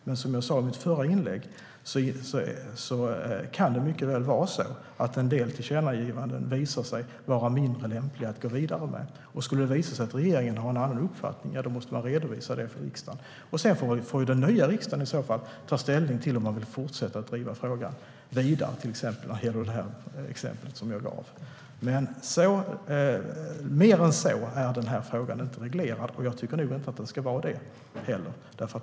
Men som jag sa i mitt förra inlägg kan det vara så att en del tillkännagivanden visar sig vara mindre lämpliga att gå vidare med. Skulle det visa sig att regeringen har en annan uppfattning måste regeringen redogöra för det för riksdagen. Sedan får den nya riksdagen ta ställning till om man vill fortsätta att driva frågan vidare, exempelvis när det gäller det exempel jag gav. Mer än så är denna fråga inte reglerad, och jag tycker nog inte att den ska vara det heller.